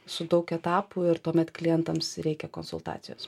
su daug etapų ir tuomet klientams reikia konsultacijos